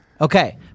Okay